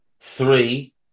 three